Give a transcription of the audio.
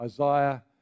Isaiah